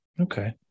Okay